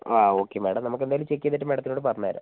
ആ okay madam നമക്ക് എന്തായാലും ചെക്ക് ചെയ്തിട്ട് മാഡത്തിനോട് പറഞ്ഞുതരാം